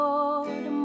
Lord